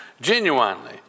genuinely